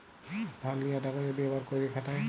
ধার লিয়া টাকা যদি আবার ক্যইরে খাটায়